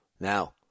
Now